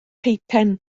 peipen